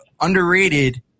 underrated